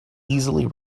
easily